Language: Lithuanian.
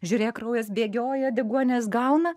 žiūrėk kraujas bėgioja deguonies gauna